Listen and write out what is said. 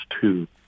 two